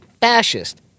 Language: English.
fascist